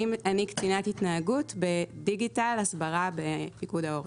אני קצינת התנהגות בדיגיטל הסברה בפיקוד העורף.